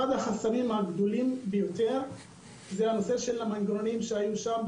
אחד החסמים הגדולים ביותר זה הנושא של המנגנונים שהיו שם,